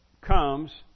comes